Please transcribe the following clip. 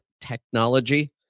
technology